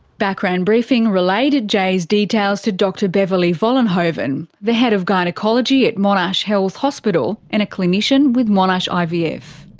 background briefing relayed jay's details to dr beverley vollenhoven, the head of gynaecology at monash health hospital, and a clinician with monash ivf.